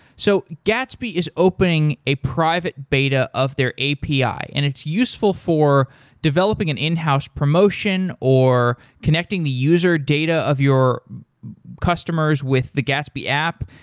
so gatsby is opening a private beta of their api and it's useful for developing an in-house promotion or connecting the user data of your customers with the gatsby app.